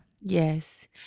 Yes